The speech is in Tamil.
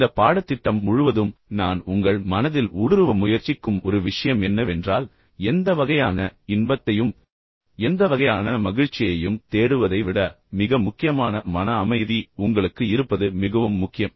இந்த பாடத்திட்டம் முழுவதும் நான் உங்கள் மனதில் ஊடுருவ முயற்சிக்கும் ஒரு விஷயம் என்னவென்றால் எந்த வகையான இன்பத்தையும் எந்த வகையான மகிழ்ச்சியையும் தேடுவதை விட மிக முக்கியமான மன அமைதி உங்களுக்கு இருப்பது மிகவும் முக்கியம்